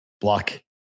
Block